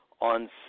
on